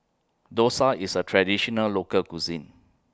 Dosa IS A Traditional Local Cuisine